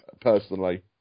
personally